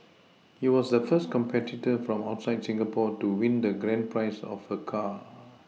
he was the first competitor from outside Singapore to win the grand prize of a car